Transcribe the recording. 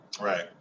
Right